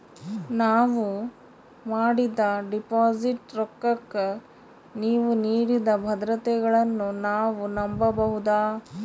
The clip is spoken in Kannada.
ನಾವು ಮಾಡಿದ ಡಿಪಾಜಿಟ್ ರೊಕ್ಕಕ್ಕ ನೀವು ನೀಡಿದ ಭದ್ರತೆಗಳನ್ನು ನಾವು ನಂಬಬಹುದಾ?